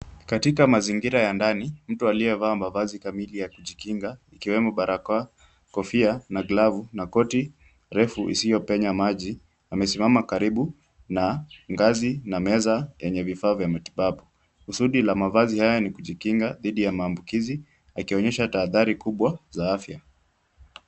Katika mazingira ya ndani, mtu aliyevaa mavazi kamili ya kujikinga ikiwemo barakoa, kofia na glavu na koti refu isiyopenya maji amesimama karibu na ngazi na meza yenye vifaa vya matibabu. Kusudi la mavazi haya ni kujikinga dhidi ya maambukizi yakionyesha tahadhari kubwa za afya.